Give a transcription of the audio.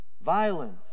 Violence